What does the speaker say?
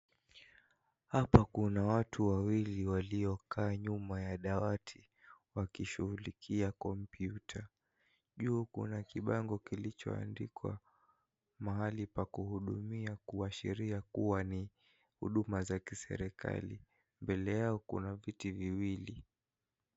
Hapa kuna watu wawili waliokaa nyuma ya dawati wakishughulikia kompyuta. Juu kuna kibango kilichoandikwa 'Mahali pa kuhudumiwa' kuashiria kuwa ni huduma za kiserikali. Mbele yao kuna viti viwili.